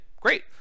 great